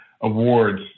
awards